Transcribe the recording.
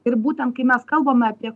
ir būtent kai mes kalbame apie